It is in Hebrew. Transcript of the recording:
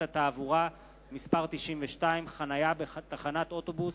התעבורה (מס' 92) (חנייה בתחנת אוטובוס